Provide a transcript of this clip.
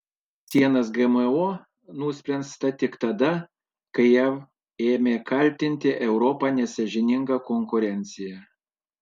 atverti sienas gmo nuspręsta tik tada kai jav ėmė kaltinti europą nesąžininga konkurencija